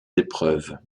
épreuves